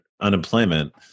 unemployment